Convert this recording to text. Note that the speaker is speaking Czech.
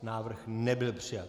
Návrh nebyl přijat.